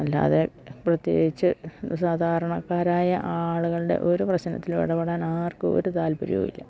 അല്ലാതെ പ്രത്യേകിച്ച് സാധാരണക്കാരായ ആളുകളുടെ ഒരു പ്രശ്നത്തിലിടപെടാൻ ആർക്കും ഒരു താല്പര്യം ഇല്ല